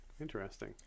Interesting